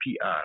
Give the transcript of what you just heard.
PR